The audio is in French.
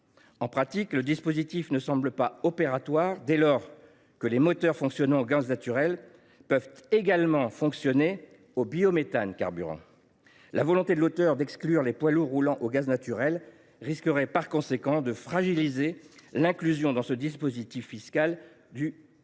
en pratique, le dispositif ne semble pas opératoire, dès lors que les moteurs fonctionnant au gaz naturel peuvent également fonctionner au biométhane carburant. La volonté de l’auteur d’exclure les poids lourds roulant au gaz naturel risquerait par conséquent de fragiliser l’inclusion dans ce dispositif fiscal du biométhane carburant.